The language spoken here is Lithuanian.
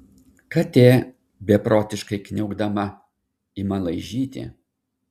katė beprotiškai kniaukdama ima laižyti